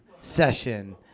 session